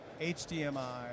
HDMI